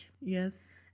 yes